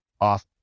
off